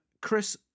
Chris